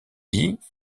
dit